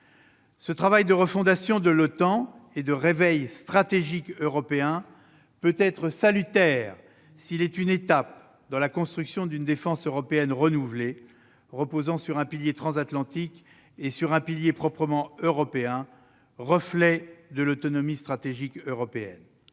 Ce travail de refondation de l'OTAN et de réveil stratégique européen peut être salutaire s'il est une étape dans la construction d'une défense européenne renouvelée, reposant sur un pilier transatlantique et sur un pilier proprement européen, reflet de l'autonomie stratégique européenne.